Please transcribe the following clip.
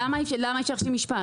אבל למה אני לא יכולה להשלים משפט?